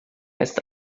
ist